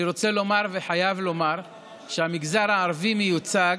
אני רוצה לומר וחייב לומר שהמגזר הערבי מיוצג